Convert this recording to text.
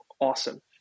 Awesome